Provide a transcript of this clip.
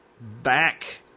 back